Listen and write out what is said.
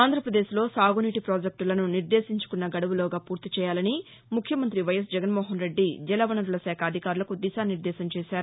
ఆంధ్రావదేశ్ లో సాగునీటి ప్రాజెక్టులను నిర్దేశించుకున్న గడువులోగా పూర్తి చేయాలని ముఖ్యమంతి వైఎస్ జగన్మోహన్రెడ్డి జల వనరుల శాఖ అధికారులకు దిశా నిర్దేశం చేశారు